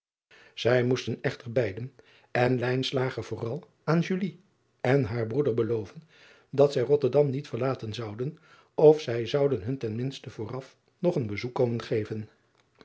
ij moesten echter beiden en vooral aan en haar broeder beloven dat zij otterdam niet verlaten zouden of zij zouden hun ten minste vooraf nog een bezoek komen geven